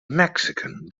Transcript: mexican